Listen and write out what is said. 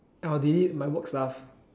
I will delete my work stuff